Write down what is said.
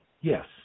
yes